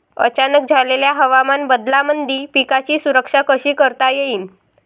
अचानक झालेल्या हवामान बदलामंदी पिकाची सुरक्षा कशी करता येईन?